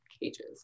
cages